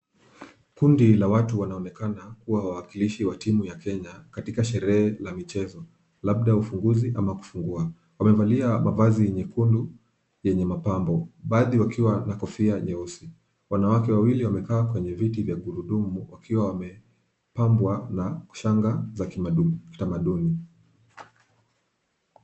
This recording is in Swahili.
Kundi la watu wanaoonekana kuwa wawakilishi wa timu ya Kenya katika sherehe la michezo, labda ufunguzi ama kufungua. Wamevalia mavazi nyekundu yenye mapambo, baadhi wakiwa na kofia nyeusi. Wanawake wawili wamekaa kwenye viti za gurudumu wakiwa wamepambwa na shanga za kimaduni kitamaduni.